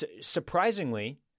Surprisingly